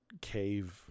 cave